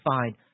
fine